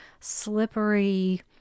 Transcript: slippery